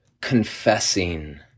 confessing